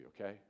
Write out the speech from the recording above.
okay